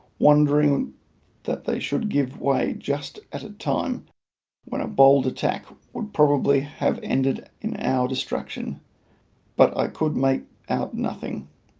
wondering that they should give way just at a time when a bold attack would probably have ended in our destruction but i could make out nothing,